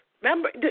Remember